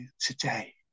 today